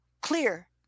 clear